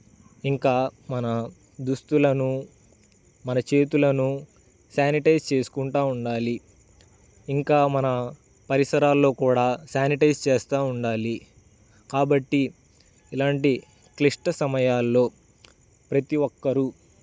ఇంకా మన దుస్తులను మన చేతులను శానిటైజ్ చేసుకుంటా ఉండాలి ఇంకా మన పరిసరాల్లో కూడా శానిటైజ్ చేస్తూ ఉండాలి కాబట్టి ఇలాంటి క్లిష్ట సమయాల్లో ప్రతి ఒక్కరూ